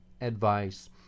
advice